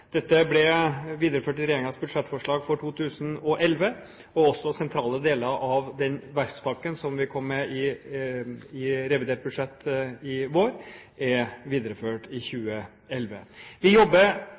Dette ble videreført i regjeringens budsjettforslag for 2011, og sentrale deler av den verftspakken som vi kom med i revidert budsjett i vår, er også videreført i